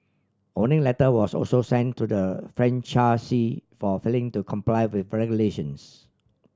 warning letter was also sent to the franchisee for failing to comply with regulations